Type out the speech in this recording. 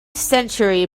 century